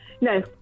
no